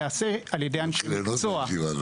כן, את העשבייה.